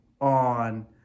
on